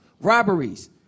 robberies